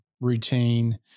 routine